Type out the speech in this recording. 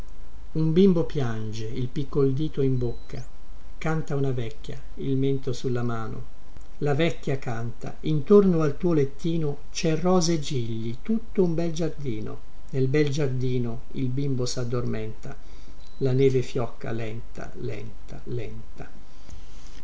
un bimbo piange il piccol dito in bocca canta una vecchia il mento sulla mano la vecchia canta intorno al tuo lettino cè rose e gigli tutto un bel giardino nel bel giardino il bimbo saddormenta la neve fiocca lenta lenta lenta